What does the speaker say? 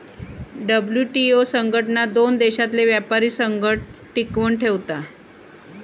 WTO संघटना दोन देशांतले व्यापारी संबंध टिकवन ठेवता